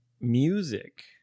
music